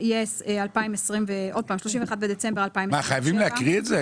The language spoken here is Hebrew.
עוד פעם, 31 בדצמבר 2027. חייבים להקריא את זה?